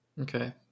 Okay